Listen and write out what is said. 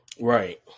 right